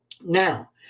Now